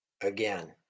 Again